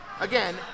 again